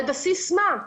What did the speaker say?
על בסיס מה?